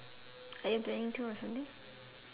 are you planning to or something